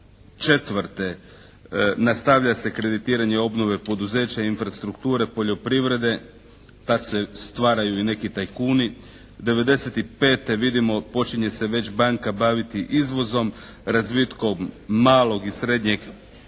1994. nastavlja se kreditiranje obnove poduzeća i infrastrukture poljoprivrede. Tad se stvaraju i neki tajkuni. 1995. vidimo počinje se već banka baviti izvozom, razvitkom malog i srednjeg